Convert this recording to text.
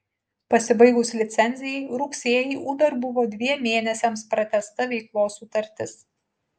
pasibaigus licencijai rugsėjį uber buvo dviem mėnesiams pratęsta veiklos sutartis